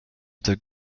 the